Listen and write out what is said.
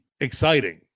exciting